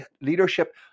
leadership